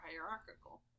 hierarchical